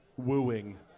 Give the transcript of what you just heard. Wooing